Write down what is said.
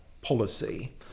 policy